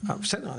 בסדר,